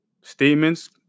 statements